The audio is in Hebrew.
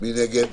מי נגד?